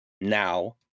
now